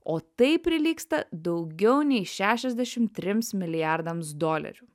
o tai prilygsta daugiau nei šešiasdešimt trims milijardams dolerių